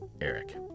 Eric